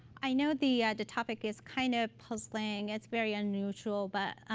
i know the the topic is kind of puzzling. it's very unusual, but